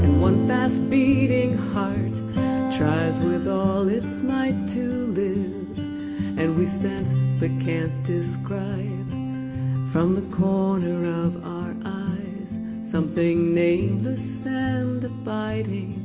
one fast beating heart tries with all its might to live and we sense but can't describe from the corner of our eyes something nameless and abiding